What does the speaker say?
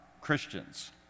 Christians